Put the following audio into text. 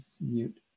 mute